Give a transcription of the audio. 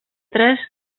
què